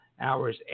hours